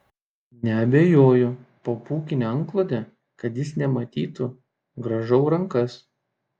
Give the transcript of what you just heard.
neabejoju po pūkine antklode kad jis nematytų grąžau rankas